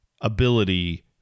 ability